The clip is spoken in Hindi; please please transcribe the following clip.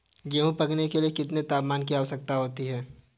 गेहूँ पकने के लिए कितने तापमान की आवश्यकता होती है?